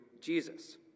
Jesus